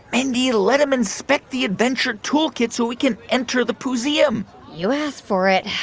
mindy, let him inspect the adventure toolkit, so we can enter the poo-seum you asked for it.